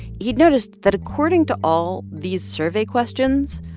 he'd noticed that according to all these survey questions,